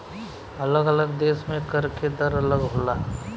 अलग अलग देश में कर के दर अलग होला